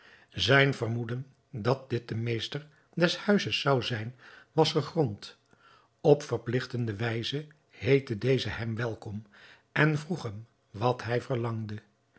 zijn vermoeden dat dit de meester des huizes zou zijn was gegrond op verpligtende wijze heette deze hem welkom en vroeg hem wat hij verlangde